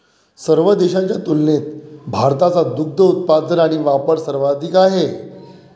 सर्व देशांच्या तुलनेत भारताचा दुग्ध उत्पादन आणि वापर सर्वाधिक आहे